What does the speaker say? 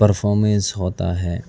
performance ہوتا ہے